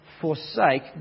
forsake